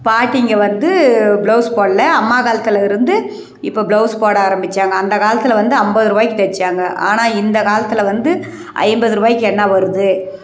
பாட்டிங்க வந்து ப்ளவுஸ் போடலை அம்மா காலத்துலிருந்து இப்போ ப்ளவுஸ் போட ஆரம்பித்தாங்க அந்த காலத்தில் வந்து ஐம்பது ரூவாக்கி தைச்சாங்க ஆனால் இந்த காலத்தில் வந்து ஐம்பது ரூவாக்கி என்ன வருது